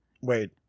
Wait